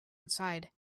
inside